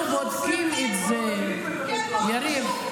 אנחנו בודקים את זה, יריב.